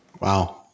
Wow